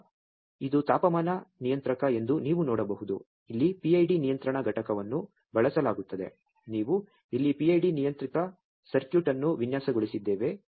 ತದನಂತರ ಇದು ತಾಪಮಾನ ನಿಯಂತ್ರಕ ಎಂದು ನೀವು ನೋಡಬಹುದು ಇಲ್ಲಿ PID ನಿಯಂತ್ರಣ ಘಟಕವನ್ನು ಬಳಸಲಾಗುತ್ತದೆ ನಾವು ಇಲ್ಲಿ PID ನಿಯಂತ್ರಿತ ಸರ್ಕ್ಯೂಟ್ ಅನ್ನು ವಿನ್ಯಾಸಗೊಳಿಸಿದ್ದೇವೆ